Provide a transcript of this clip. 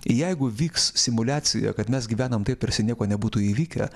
jeigu vyks simuliacija kad mes gyvenam taip tarsi nieko nebūtų įvykę